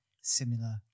similar